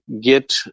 get